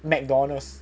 McDonald's